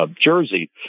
Jersey